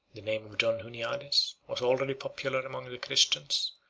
the name of john huniades, was already popular among the christians,